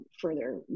further